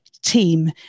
Team